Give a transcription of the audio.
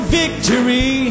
victory